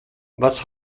was